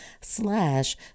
slash